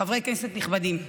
חברי כנסת נכבדים,